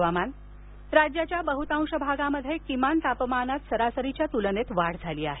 हवामान राज्याच्या बहुतांश भागात किमान तापमानात सरासरीच्या तुलनेत वाढ झाली आहे